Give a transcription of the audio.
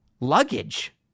luggage